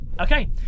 Okay